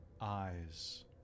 eyes